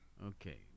Okay